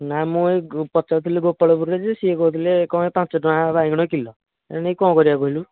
ନାଇଁ ମୁଁ ଏଇ ପଚାରୁଥିଲି ଗୋପାଳପୁରୁରେ ଯେ ସେ କହୁଥିଲେ କ'ଣ ପାଞ୍ଚ ଟଙ୍କା ବାଇଗଣ କିଲୋ ଏ ନେଇକି କ'ଣ କରିବା କହିଲୁ